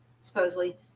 supposedly